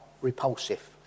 repulsive